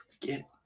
forget